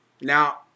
Now